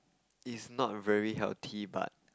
is not very healthy but